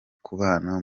kubana